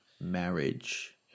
marriage